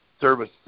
service